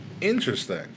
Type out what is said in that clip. Interesting